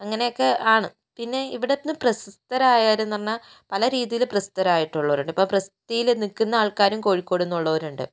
അങ്ങനെയൊക്കെ ആണ് പിന്നെ ഇവിടുന്നു പ്രശസ്തരായവരെന്നു പറഞ്ഞാൽ പല രീതിയിൽ പ്രസിദ്ധരായിട്ടുള്ളവരുണ്ട് ഇപ്പോൾ പ്രസിദ്ധിയിൽ നിൽക്കുന്ന ആൾക്കാരും കോഴിക്കോടിൽ നിന്നുള്ളവരുണ്ട്